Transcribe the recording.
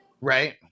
right